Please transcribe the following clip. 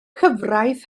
cyfraith